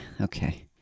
Okay